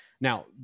Now